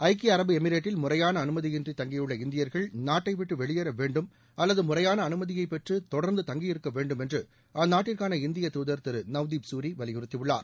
ஐக்கிய அரபு எமிரேட்டில் முறையாள அனுமதியின்றி தங்கியுள்ள இந்தியர்கள் நாட்டை விட்டு வெளியேற வேண்டும் அல்லது முறையான அனுமதியை பெற்று தொடர்ந்து தங்கியிருக்க வேண்டும் என்று அந்நாட்டுக்கான இந்திய தூதர் திரு நவ்தீப் சூரி வலியுறுத்தியுள்ளார்